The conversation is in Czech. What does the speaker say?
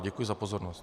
Děkuji za pozornost.